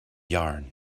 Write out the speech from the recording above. yarn